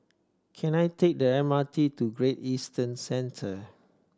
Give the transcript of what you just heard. can I take the M R T to Great Eastern Centre